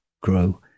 grow